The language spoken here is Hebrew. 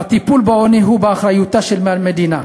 הטיפול בעוני הוא באחריותה של המדינה,